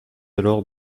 alors